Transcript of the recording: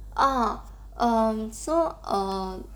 orh um so err